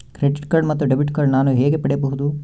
Credit card ಮತ್ತು debit card ನಾನು ಹೇಗೆ ಪಡೆಯಬಹುದು?